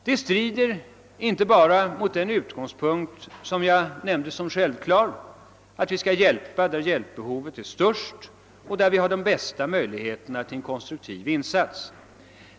Det strider inte bara mot den utgångspunkt som jag betecknade som självklar, nämligen att vi skall hjälpa där hjälpbehovet är störst och där vi har de bästa möjligheterna till en konstruktiv insats.